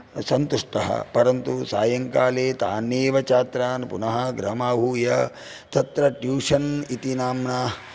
सन्तुष्टः परन्तु सायंकाले तान्येव छात्रान् पुनः ग्रहमाहूय तत्र ट्यूषन् इति नाम्ना